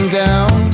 down